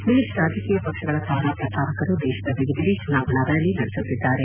ವಿವಿಧ ರಾಜಕೀಯ ಪಕ್ಷಗಳ ತಾರಾ ಪ್ರಚಾರಕರು ದೇಶದ ವಿವಿಧೆಡೆ ಚುನಾವಣಾ ರ್ನಾಲಿ ನಡೆಸುತ್ತಿದ್ದಾರೆ